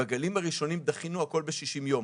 בגלים הראשונים דחינו הכול ב-60 ימים